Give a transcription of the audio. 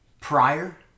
prior